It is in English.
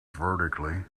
vertically